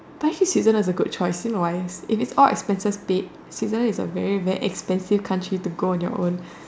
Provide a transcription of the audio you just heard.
but actually Switzerland is a good choice do you know why if it's all expenses paid Switzerland is a very very expensive country to go all on your own